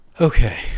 Okay